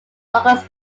locals